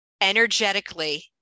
energetically